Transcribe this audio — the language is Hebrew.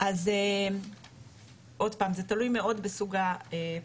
אז עוד פעם זה תלוי מאוד בסוג העניין.